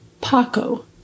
Paco